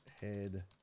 head